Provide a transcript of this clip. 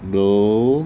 no